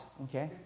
okay